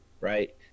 Right